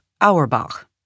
Auerbach